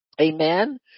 amen